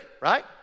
right